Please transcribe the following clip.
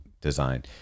design